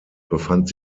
befand